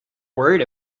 worried